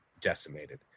decimated